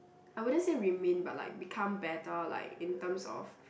I wouldn't say remain but like become better like in terms of